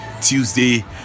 tuesday